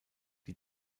die